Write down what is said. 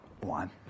one